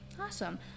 awesome